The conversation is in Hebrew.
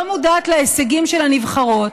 לא מודעת להישגים של הנבחרות.